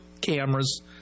cameras